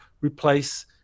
replace